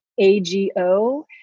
A-G-O